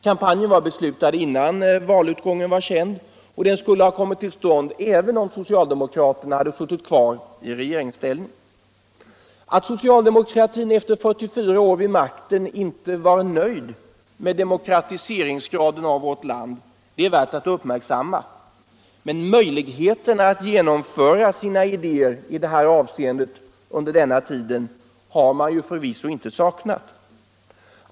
Kampanjen var beslutad innan valutgången var känd, och den skulile alltså ha kommit till stånd även om socialdemokraterna hade suttit kvar i regeringsställning. Att socialdemokratin efter 44 år vid makten inte var nöjd med demokratiseringsgraden i vårt land är värt att uppmärksamma. Möjligheter att genomföra sina idéer i det här avseendet under denna tid har man förvisso inte saknal.